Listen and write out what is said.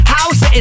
House